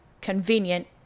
convenient